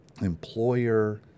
employer